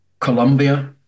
Colombia